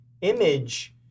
image